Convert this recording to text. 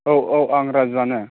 औ औ आं राजुआनो